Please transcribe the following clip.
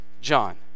John